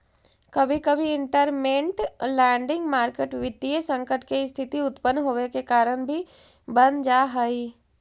कभी कभी इंटरमेंट लैंडिंग मार्केट वित्तीय संकट के स्थिति उत्पन होवे के कारण भी बन जा हई